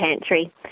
pantry